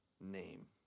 name